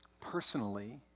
personally